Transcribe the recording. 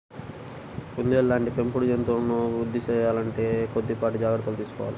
కుందేళ్ళ లాంటి పెంపుడు జంతువులను వృద్ధి సేయాలంటే కొద్దిపాటి జాగర్తలు తీసుకోవాలి